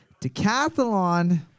decathlon